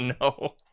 no